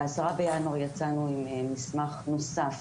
ב-10 בינואר יצאנו עם מסמך נוסף